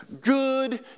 good